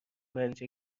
رنجه